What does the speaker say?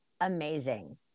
amazing